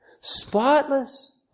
spotless